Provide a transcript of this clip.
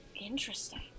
Interesting